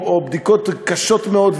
בדיקות קשות מאוד,